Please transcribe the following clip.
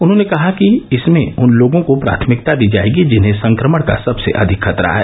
उन्होंने कहा कि इसमें उन लोगों को प्राथमिकता दी जाएगी जिन्हें संक्रमण का सबसे अधिक खतरा है